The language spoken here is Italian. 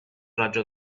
raggio